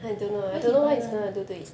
where he buy [one]